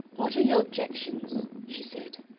what are your objections? she said.